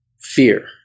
fear